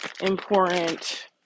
important